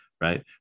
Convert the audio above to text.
right